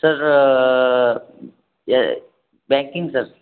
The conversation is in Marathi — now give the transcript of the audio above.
सर या बँकिंग सर